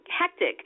hectic